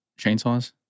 chainsaws